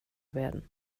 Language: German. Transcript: werden